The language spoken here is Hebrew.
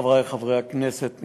חברי חברי הכנסת,